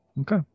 Okay